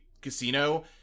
casino